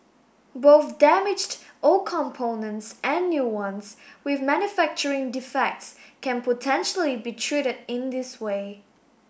both damaged old components and new ones with manufacturing defects can potentially be treated in this way